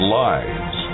lives